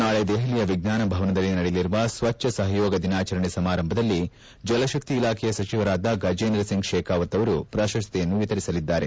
ನಾಳೆ ದೆಹಲಿಯ ವಿಜ್ಞಾನ ಭವನದಲ್ಲಿ ಸಡೆಯಲಿರುವ ಸ್ವಜ್ಞ ಸಪಯೋಗ ದಿನಾಚರಣೆ ಸಮಾರಂಭದಲ್ಲಿ ಜಲಶಕ್ತಿ ಇಲಾಖೆಯ ಸಚಿವರಾದ ಗಜೇಂದ್ರ ಸಿಂಗ್ ಶೆಖಾವತ್ ಅವರು ಪ್ರಶಸ್ತಿಯನ್ನು ವಿತರಿಸಲಿದ್ದಾರೆ